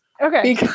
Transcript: Okay